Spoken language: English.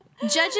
Judges